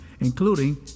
including